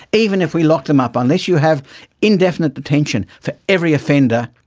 even if we lock them up. unless you have indefinite detention for every offender,